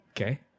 Okay